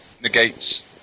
negates